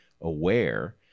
aware